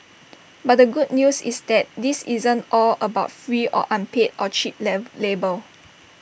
but the good news is that this isn't all about free or unpaid or cheap lamb labour